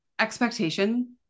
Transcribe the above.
expectation